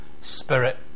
spirit